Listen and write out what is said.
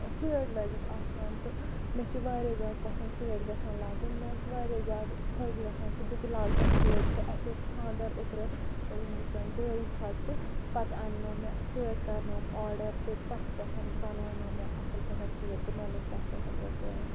سٲڑ لٲگِتھ آسان تہٕ مےٚ چھِ واریاہ زیادٕ پَسَنٛد سٲڑ گَژھان لاگٕنۍ مےٚ اوس واریاہ زیادٕ خۄش گَژھان کہِ بہٕ تہِ لاگہٕ ہا سٲڑ تہٕ اَسہِ اوس خانٛدَر اوترٕ ییٚمِسن بٲیِس حظ تہٕ پَتہٕ اَننو مےٚ سٲڑ کرنٲوٕم آرڈر تہٕ تتھ پٮ۪ٹھ بَناونٲو مےٚ سٲڑ تہٕ مےٚ لوگ تتھ پٮ۪ٹھ سۄ سٲڑ